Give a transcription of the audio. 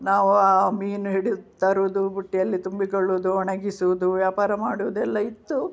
ನಾವು ಆ ಮೀನು ಹಿಡಿಯುತ್ತರುದು ಬುಟ್ಟಿಯಲ್ಲಿ ತುಂಬಿಕೊಳ್ಳುವುದು ಒಣಗಿಸುವುದು ವ್ಯಾಪಾರ ಮಾಡುವುದೆಲ್ಲ ಇತ್ತು